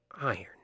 iron